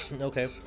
Okay